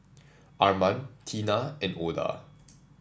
Arman Tina and Oda